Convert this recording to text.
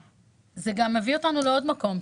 זה גם מביא אותנו לעוד מקום.